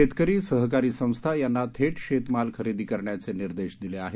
शेतकरी सहकारी संस्था यांना थेट शेतमाल खरेदी करण्याचे निर्देश दिले आहेत